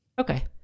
Okay